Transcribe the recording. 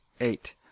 Eight